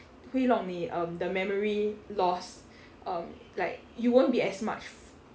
会弄你 um 的 memory loss um like you won't be as much f~